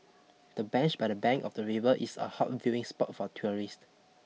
the bench by the bank of the river is a hot viewing spot for tourists